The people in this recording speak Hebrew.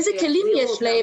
איזה כלים יש להם,